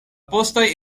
postaj